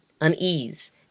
Unease